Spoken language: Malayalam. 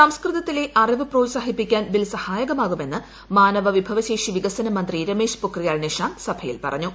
സംസ്കൃതത്തിലെ അറിവ് പ്രോത്സാഹിപ്പിക്കാൻ ബിൽ സഹായകമാകുമെന്ന് മാനവ വിഭവ ശേഷി വികസന മന്ത്രി രമേശ് പൊഖ്രിയാൽ നിഷാങ്ക് സഭയിൽ പറഞ്ഞു